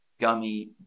gummy